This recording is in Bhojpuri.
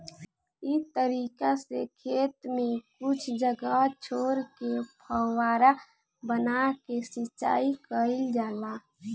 इ तरीका से खेत में कुछ जगह छोर के फौवारा बना के सिंचाई कईल जाला